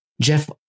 Jeff